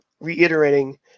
reiterating